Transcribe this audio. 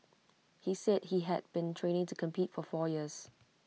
he said he had been training to compete for four years